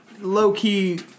low-key